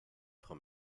frau